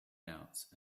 doubts